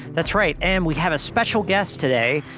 that's right. and we have a special guest today.